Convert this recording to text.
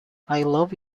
love